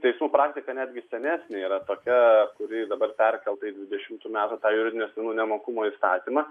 teismų praktika netgi senesnė yra tokia kuri dabar perkelta į dvidešimtų metų tą juridinių asmenų nemokumo įstatymą